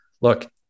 look